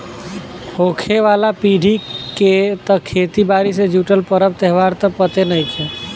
होखे वाला पीढ़ी के त खेती बारी से जुटल परब त्योहार त पते नएखे